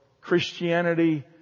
Christianity